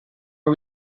are